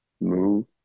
move